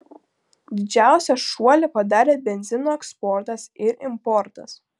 didžiausią šuolį padarė benzino eksportas ir importas